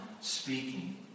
speaking